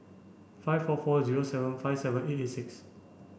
five four four zero seven five seven eight eight six